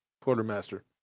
quartermaster